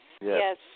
yes